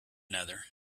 another